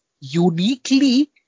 uniquely